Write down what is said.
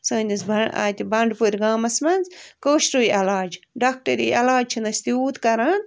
سٲنِس بَ اَتہِ بنڈٕپورِ گامس منٛز کٲشرُے علاج ڈاکٹٔری علاج چھِنہٕ أسۍ تیٛوٗت کَران